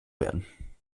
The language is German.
werden